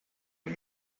and